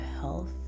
health